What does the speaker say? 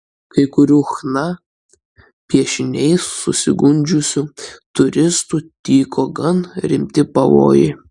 kai kurių chna piešiniais susigundžiusių turistų tyko gan rimti pavojai